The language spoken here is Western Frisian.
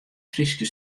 fryske